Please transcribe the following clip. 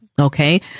okay